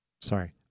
Sorry